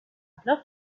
plein